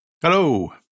Hello